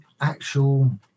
actual